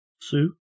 Sue